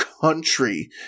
country